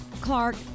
Clark